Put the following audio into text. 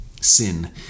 sin